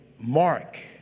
Mark